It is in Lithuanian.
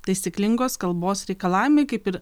taisyklingos kalbos reikalavimai kaip ir